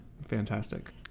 Fantastic